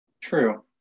True